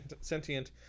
sentient